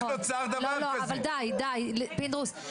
לא, אבל די, פינדרוס.